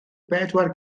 bedwar